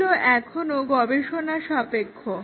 এগুলো এখনো গবেষণাসাপেক্ষ